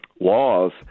laws